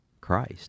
Christ